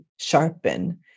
sharpen